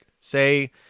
Say